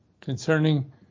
concerning